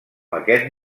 aquest